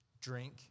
drink